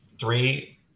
Three